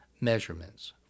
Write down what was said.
measurements